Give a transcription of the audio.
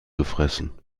gefressen